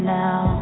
now